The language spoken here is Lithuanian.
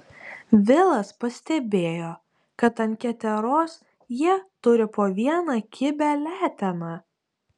vilas pastebėjo kad ant keteros jie turi po vieną kibią leteną